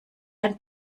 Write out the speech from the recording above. ein